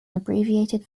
abbreviated